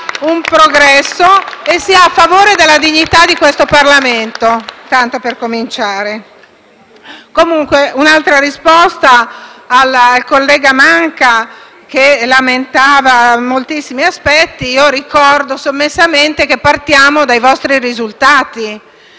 un'altra risposta al collega Manca, il quale lamentava moltissimi aspetti: ricordo sommessamente che partiamo dai vostri risultati,